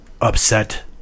upset